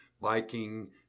biking